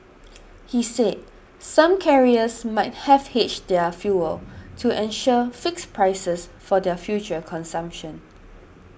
he said some carriers might have hedged their fuel to ensure fixed prices for their future consumption